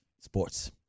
sports